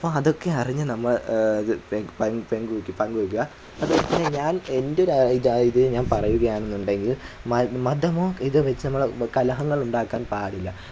അപ്പം അതൊക്കെ അറിഞ്ഞു നമ്മൾ ഇത് പ പങ്കു വെയ്ക്കുക ഞാൻ എൻ്റെ ഒരു ഇത് ഞാൻ പറയുകയാണെന്നുണ്ടെങ്കിൽ മത മതമോ ഇതു വെച്ചോ നമ്മൾ കലഹങ്ങൾ ഉണ്ടാക്കാൻ പാടില്ല